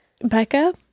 Becca